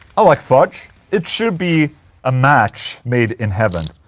i like fudge. it should be a match made in heaven.